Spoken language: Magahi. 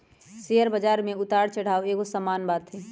शेयर बजार में उतार चढ़ाओ एगो सामान्य बात हइ